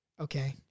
Okay